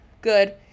good